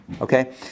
okay